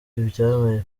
ibyabaye